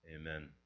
Amen